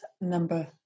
number